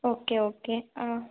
okay okay ah